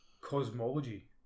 Cosmology